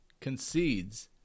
concedes